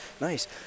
Nice